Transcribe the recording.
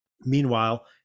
Meanwhile